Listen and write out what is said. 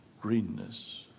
greenness